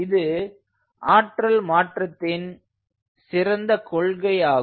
இது ஆற்றல் மாற்றத்தின் சிறந்த கொள்கை ஆகும்